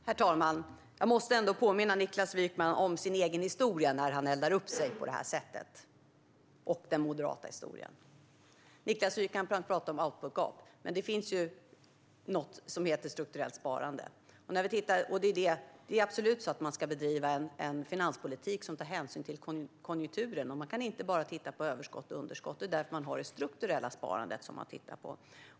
Herr talman! Jag måste ändå påminna Niklas Wykman om hans egen historia och den moderata historien när han eldar upp sig på det här sättet. Niklas Wykman talar om outputgap. Det finns något som heter strukturellt sparande. Det är absolut så att man ska bedriva en finanspolitik som tar hänsyn till konjunkturen. Man kan inte bara titta på överskott och underskott. Det är därför man har det strukturella sparandet.